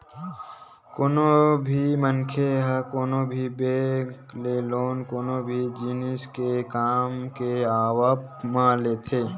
कोनो भी मनखे ह कोनो भी बेंक ले लोन कोनो भी जिनिस के काम के आवब म लेथे